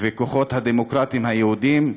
והכוחות הדמוקרטיים היהודיים.